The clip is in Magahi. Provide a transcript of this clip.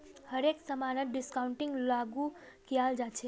हर एक समानत डिस्काउंटिंगक लागू कियाल जा छ